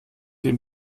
ihn